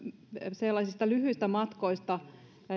sellaisista lyhyistä matkoista